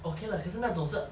okay lah 可是那种是